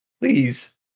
Please